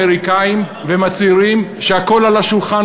כשהאמריקנים אומרים ומצהירים שהכול על השולחן,